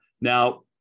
Now